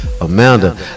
Amanda